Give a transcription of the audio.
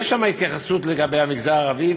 יש שם התייחסות לגבי המגזר הערבי,